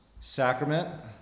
Sacrament